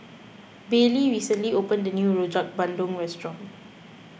Bailey recently opened a new Rojak Bandung restaurant